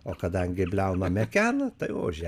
o kadangi bliauna mekena tai ožiai